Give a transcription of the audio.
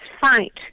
fight